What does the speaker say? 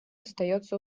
остается